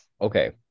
Okay